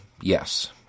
Yes